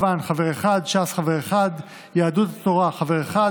אחד, ישראל ביתנו, חבר אחד, דרך ארץ, חבר אחד.